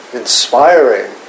inspiring